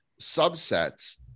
subsets